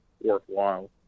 worthwhile